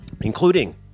including